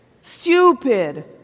stupid